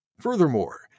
Furthermore